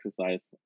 exercise